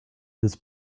this